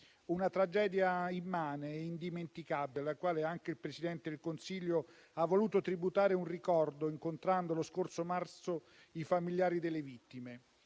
una tragedia immane, indimenticabile, alla quale anche il Presidente del Consiglio ha voluto tributare un ricordo incontrando lo scorso marzo i familiari delle vittime.